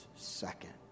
second